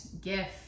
gift